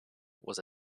was